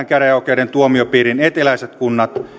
käräjäoikeuden tuomiopiirin eteläiset kunnat